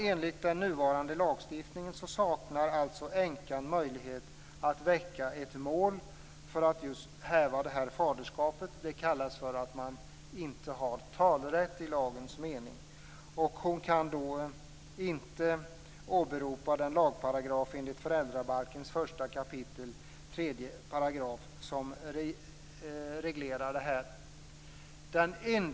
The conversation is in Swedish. Med nuvarande lagstiftning saknar alltså änkan möjlighet att väcka ett mål för att just häva det här faderskapet. Det kallas att hon inte har talerätt i lagens mening. Hon kan inte åberopa den lagparagraf enligt föräldrabalken 1 kap. 3 § som reglerar det här.